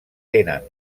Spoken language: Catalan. tenen